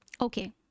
okay